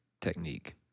technique